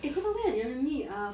that's it ah december holidays